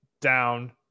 down